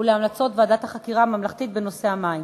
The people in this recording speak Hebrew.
ולהמלצות ועדת החקירה הממלכתית בנושא המים.